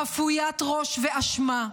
חפוית ראש ואשמה,